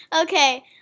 Okay